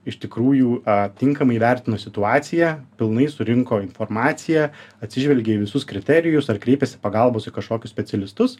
iš tikrųjų a tinkamai įvertino situaciją pilnai surinko informaciją atsižvelgė į visus kriterijus ar kreipėsi pagalbos į kažkokius specialistus